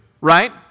right